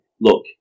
look